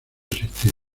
existir